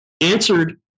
answered